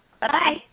Bye